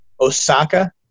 Osaka